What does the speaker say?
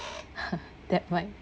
that right